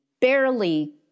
barely